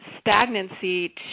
stagnancy